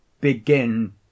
begin